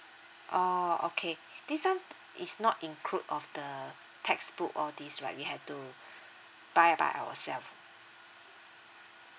oh okay this one is not include of the textbook all these right you have to buy by ourself